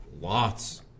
lots